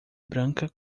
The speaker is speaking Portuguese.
branca